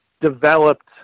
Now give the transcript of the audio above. developed